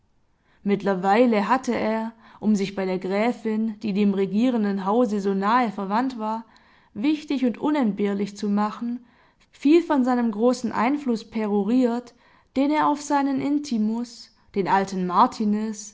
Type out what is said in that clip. mittlerweile hatte er um sich bei der gräfin die dem regierenden hause so nahe verwandt war wichtig und unentbehrlich zu machen viel von seinem großen einfluß peroriert den er auf seinen intimus den alten martiniz